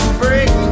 break